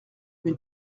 une